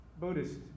Buddhist